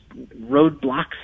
roadblocks